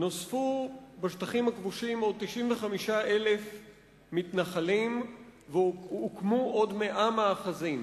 נוספו בשטחים הכבושים עוד 95,000 מתנחלים והוקמו עוד 100 מאחזים.